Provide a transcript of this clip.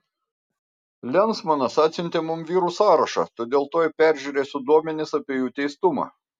lensmanas atsiuntė mums vyrų sąrašą todėl tuoj peržiūrėsiu duomenis apie jų teistumą